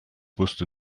wusste